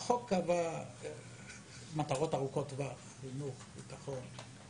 החוק קבע מטרות ארוכות טווח: חינוך, ביטחון.